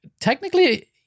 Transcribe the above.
Technically